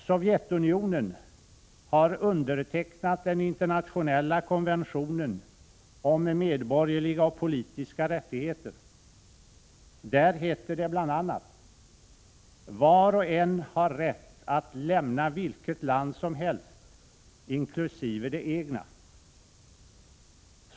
Sovjetunionen har undertecknat den internationella konventionen om medborgerliga och politiska rättigheter. Där heter det bl.a.: ”var och en har rätt att lämna vilket land som helst, inklusive det egna”.